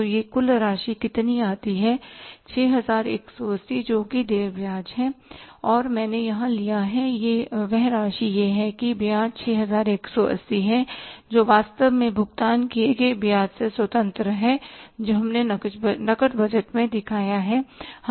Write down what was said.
तो यह कुल राशि कितनी आती है 6180 जो कि देय ब्याज है और जो मैंने यहां लिया है वह राशि यह है कि ब्याज 6180 है जो वास्तव में भुगतान किए गए ब्याज से स्वतंत्र है जो हमने नकद बजट में दिखाया है